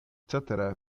cetere